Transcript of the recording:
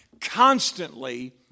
constantly